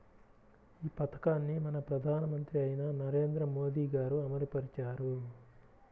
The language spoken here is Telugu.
ఈ పథకాన్ని మన ప్రధానమంత్రి అయిన నరేంద్ర మోదీ గారు అమలు పరిచారు